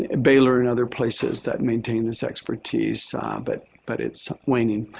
ah baylor and other places, that maintain this expertise ah but but it's waning.